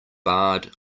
barred